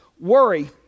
Worry